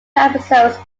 episodes